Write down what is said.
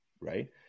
right